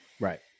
Right